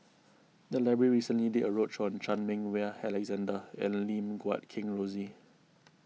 the library recently did a roadshow on Chan Meng Wah Alexander and Lim Guat Kheng Rosie